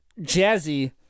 Jazzy